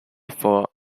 for